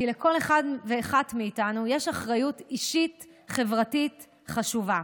כי לכל אחד ואחת מאיתנו יש אחריות אישית וחברתית חשובה.